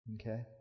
Okay